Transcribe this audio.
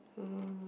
um